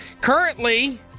Currently